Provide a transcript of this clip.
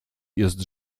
jest